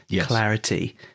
clarity